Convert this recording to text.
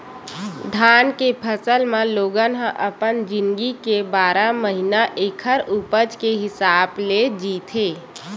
धान के फसल म लोगन ह अपन जिनगी के बारह महिना ऐखर उपज के हिसाब ले जीथे